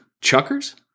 chuckers